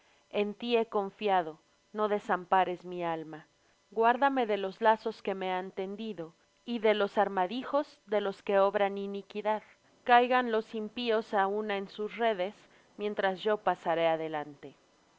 en ti he confiado no desampares mi alma guárdame de los lazos que me han tendido y de los armadijos de los que obran iniquidad caigan los impíos á una en sus redes mientras yo pasaré adelante